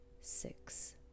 six